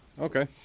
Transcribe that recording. Okay